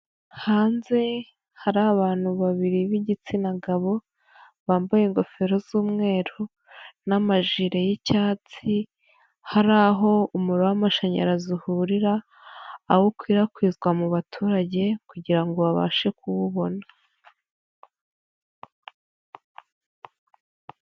Hanze hari abantu babiri b'igitsina gabo bambaye ingofero z'umweru n'amajire y'icyatsi hari aho umuriro w'amashanyarazi uhurira, aho ukwirakwizwa mu baturage kugira ngo babashe kuwubona.